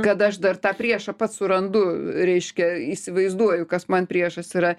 kad aš dar tą priešą pats surandu reiškia įsivaizduoju kas man priešas yra